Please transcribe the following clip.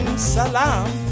Salam